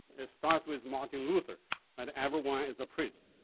it starts with martin luther and everyone is a priest.